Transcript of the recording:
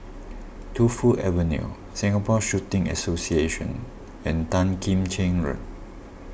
Tu Fu Avenue Singapore Shooting Association and Tan Kim Cheng Road